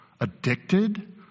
Addicted